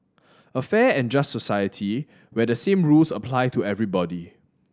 a fair and just society where the same rules apply to everybody